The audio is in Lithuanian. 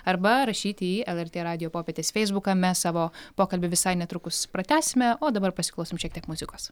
arba rašyti į lrt radijo popietės feisbuką mes savo pokalbį visai netrukus pratęsime o dabar pasiklausom šiek tiek muzikos